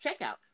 checkout